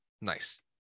nice